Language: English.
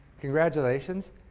congratulations